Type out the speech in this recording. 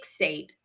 fixate